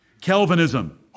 Calvinism